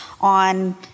on